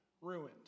ruined